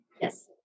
Yes